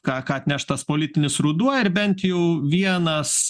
ką ką atneš tas politinis ruduo ar bent jau vienas